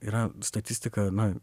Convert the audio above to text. yra statistika na